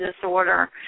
disorder